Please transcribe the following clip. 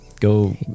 Go